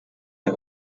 der